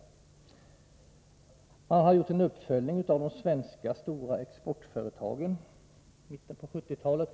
Sekretariatet gjorde en uppföljning av de stora svenska exportföretagen i början av 1970-talet.